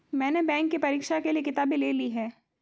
मैने बैंक के परीक्षा के लिऐ किताबें ले ली हैं